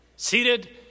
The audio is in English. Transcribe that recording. Seated